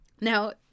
Now